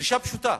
דרישה פשוטה: